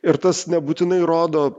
ir tas nebūtinai rodo